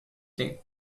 thing